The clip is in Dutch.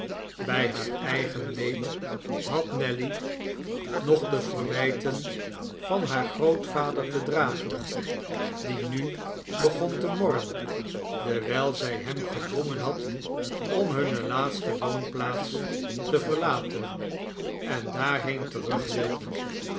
bij haar eigen leed had nelly nog de verwijten van haar grootvader te dragen die nu begon te morren dewijl zij hem gedwongen had om hunne laatste woonplaats te verlaten en daarheen terug wilde